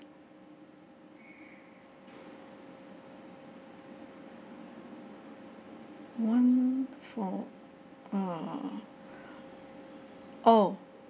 one for err oh